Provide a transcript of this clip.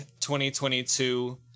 2022